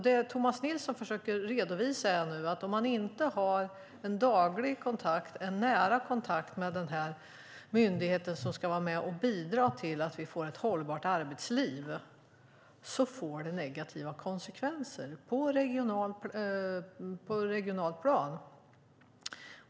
Det Tomas Nilsson försöker redovisa är att om man inte har en daglig och nära kontakt med den myndighet som ska vara med och bidra till att vi får ett hållbart arbetsliv får det negativa konsekvenser på ett regionalt plan.